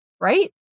Right